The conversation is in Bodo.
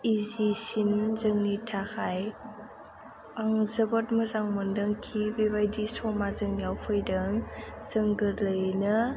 इजिसिन जोंनि थाखाय आं जोबोद मोजां मोन्दों कि बिदि समा जोंनियाव फैदों जों गोरलैयैनो